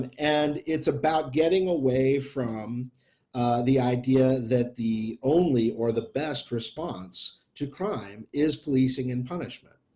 and it's about getting away from the idea that the only or the best response to crime is policing and punishment.